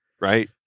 right